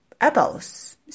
apples